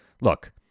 look